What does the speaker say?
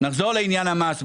נחזור לעניין המס.